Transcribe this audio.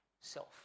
self